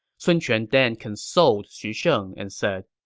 sun quan then consoled xu sheng and said,